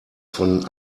von